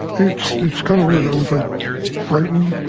it's it's kind of weird. i was like frightened,